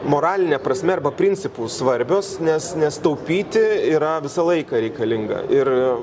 moraline prasme arba principu svarbios nes nes taupyti yra visą laiką reikalinga ir